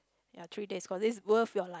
ya three days course it's worth your life